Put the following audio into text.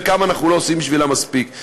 וכמה אנחנו לא עושים בשבילם מספיק.